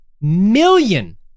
million